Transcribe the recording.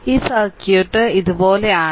ഈ സർക്യൂട്ട് ഇതുപോലെയാണ്